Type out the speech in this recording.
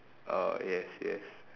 orh yes yes